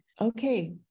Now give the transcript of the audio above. okay